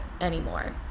anymore